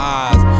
eyes